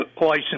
license